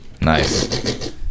Nice